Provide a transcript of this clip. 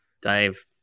dave